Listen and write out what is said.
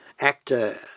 actor